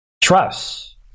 Trust